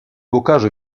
bocage